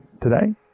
today